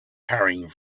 hurrying